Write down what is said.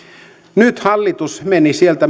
nyt hallitus meni sieltä